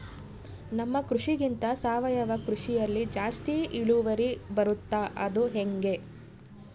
ನಮ್ಮ ಕೃಷಿಗಿಂತ ಸಾವಯವ ಕೃಷಿಯಲ್ಲಿ ಜಾಸ್ತಿ ಇಳುವರಿ ಬರುತ್ತಾ ಅದು ಹೆಂಗೆ?